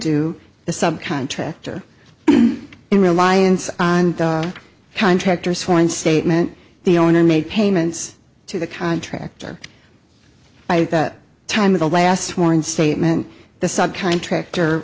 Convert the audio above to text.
to the subcontractor in reliance on contractors sworn statement the owner made payments to the contractor by that time of the last sworn statement the sub contractor